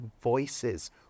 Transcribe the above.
voices